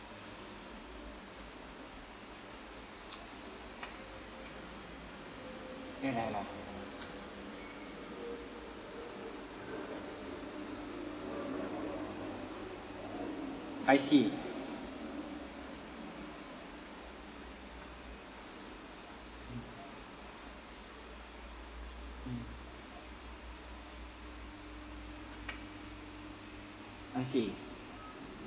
ya lah ya lah I see mm mm I see